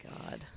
God